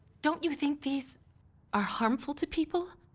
don't you think these are harmful to people?